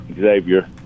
Xavier